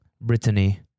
Brittany